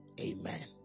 amen